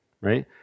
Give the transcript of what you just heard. right